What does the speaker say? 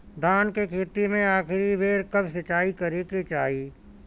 धान के खेती मे आखिरी बेर कब सिचाई करे के चाही?